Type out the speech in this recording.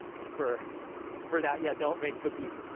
for for that. yeah, don't make cookies.